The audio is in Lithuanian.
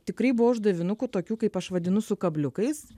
tikrai buvo uždavinukų tokių kaip aš vadinu su kabliukais